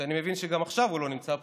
שאני מבין שגם עכשיו הוא לא נמצא פה,